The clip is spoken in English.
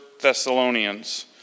Thessalonians